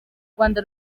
rwanda